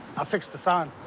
i fixed the sign.